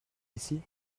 ici